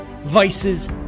vices